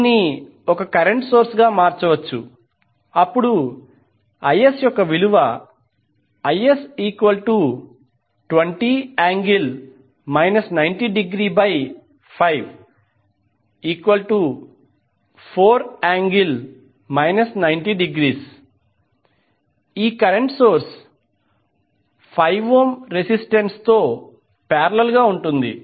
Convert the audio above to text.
దీన్ని current source గా మార్చవచ్చు Is20∠ 90°54∠ 90° ఈ కరెంట్ సోర్స్ 5 ఓం రెసిస్టెన్స్ తో పారేలల్ గా ఉంటుంది